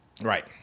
Right